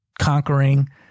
conquering